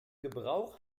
gebrauch